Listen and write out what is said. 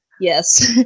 Yes